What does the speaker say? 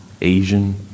Asian